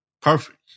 Perfect